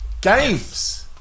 Games